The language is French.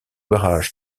barrages